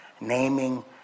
Naming